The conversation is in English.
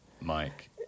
Mike